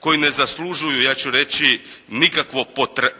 koji ne zaslužuju ja ću reći nikakvo